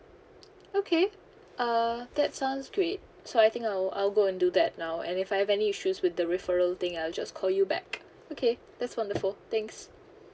okay uh that sounds great so I think I'll I'll go and do that now and if I have any issues with the referral thing I'll just call you back okay that's wonderful thanks